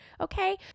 Okay